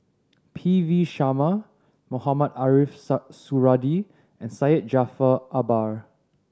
P V Sharma Mohamed Ariff Suradi and Syed Jaafar Albar